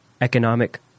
economic